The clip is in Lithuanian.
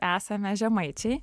esame žemaičiai